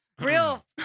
Real